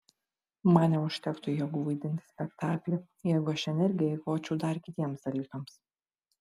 man neužtektų jėgų vaidinti spektaklį jeigu aš energiją eikvočiau dar kitiems dalykams